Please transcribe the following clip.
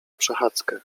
przechadzkę